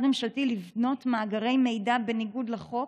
ממשלתי לבנות מאגרי מידע בניגוד לחוק?